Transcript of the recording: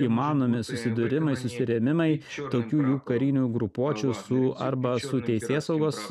įmanomi susidūrimai susirėmimai tokių jų karinių grupuočių su arba su teisėsaugos